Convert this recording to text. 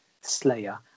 Slayer